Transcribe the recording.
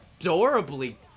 adorably